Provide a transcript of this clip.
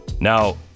Now